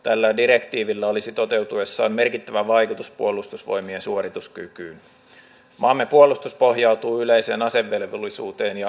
ministeri stubb minulle tässä on kysymys jostain paljon teitä ja minua suuremmasta asiasta